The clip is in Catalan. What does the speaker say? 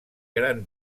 gran